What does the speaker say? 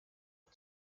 you